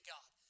God